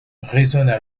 résonnent